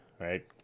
Right